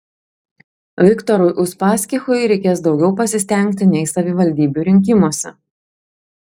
viktorui uspaskichui reikės daugiau pasistengti nei savivaldybių rinkimuose